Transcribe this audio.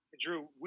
Drew